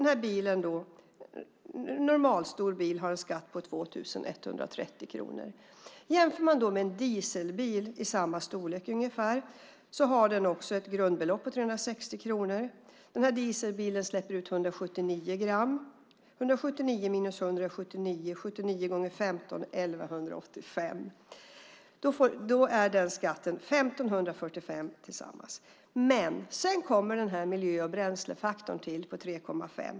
Den här bilen, en normalstor bil, har alltså en skatt på 2 130 kronor. Man kan jämföra med en dieselbil i ungefär samma storlek. Den har också ett grundbelopp på 360 kronor. Den här dieselbilen släpper ut 179 gram koldioxid. 179 - 100 = 79. 79 ( 15 = 1 185. Då är den skatten 1 545 kronor tillsammans. Men sedan kommer miljö och bränslefaktorn till, som är 3,5.